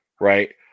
right